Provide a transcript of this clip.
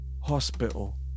hospital